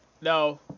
No